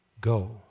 go